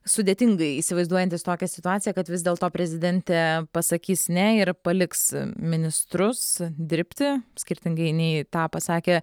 sudėtingai įsivaizduojantys tokią situaciją kad vis dėl to prezidentė pasakys ne ir paliks ministrus dirbti skirtingai nei tą pasakė